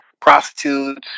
prostitutes